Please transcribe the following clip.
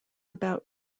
about